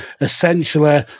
essentially